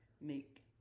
make